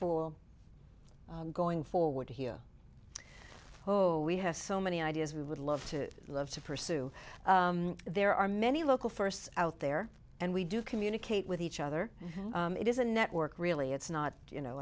for going forward here oh we have so many ideas we would love to love to pursue there are many local firsts out there and we do communicate with each other it is a network really it's not you know